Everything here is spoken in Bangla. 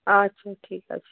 আচ্ছা ঠিক আছে